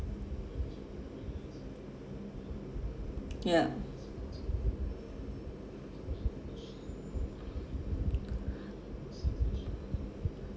ya